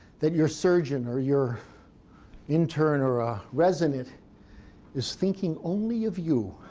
that your surgeon, or your intern, or a resident is thinking only of you.